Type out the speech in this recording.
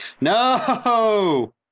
No